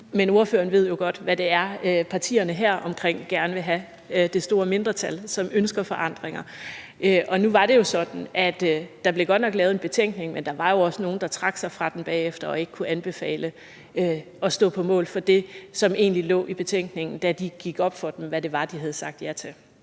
men ordføreren ved jo godt, hvad det er, partierne heromkring – det store mindretal, som ønsker forandringer – gerne vil have. Og nu var det sådan, at der godt nok blev afgivet en betænkning, men der var jo også nogle, der trak sig fra den bagefter og ikke kunne anbefale og stå på mål for det, som egentlig lå i betænkningen, da det gik op for dem, hvad det var, de havde sagt ja til.